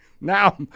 Now